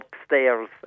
upstairs